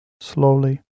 slowly